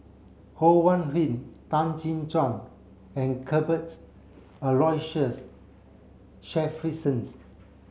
Ho Wan Hui Tan Jin Chuan and Cuthbert Aloysius Shepherdson